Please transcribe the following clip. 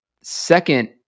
second